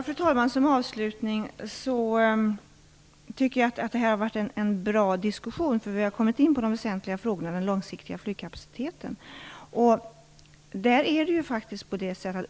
Fru talman! Som avslutning vill jag säga att jag tycker att detta har varit en bra diskussion. Vi har kommit in på de väsentliga frågorna om den långsiktiga flygkapaciteten.